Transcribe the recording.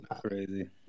Crazy